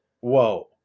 whoa